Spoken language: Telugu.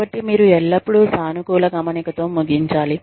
కాబట్టి మీరు ఎల్లప్పుడూ సానుకూల గమనిక తో ముగించాలి